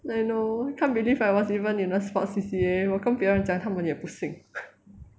I know can't believe I was even in a sport C_C_A 我跟别人讲他们也不信